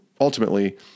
ultimately